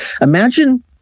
Imagine